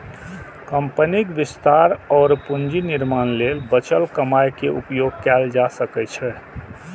कंपनीक विस्तार और पूंजी निर्माण लेल बचल कमाइ के उपयोग कैल जा सकै छै